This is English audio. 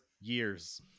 Years